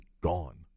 gone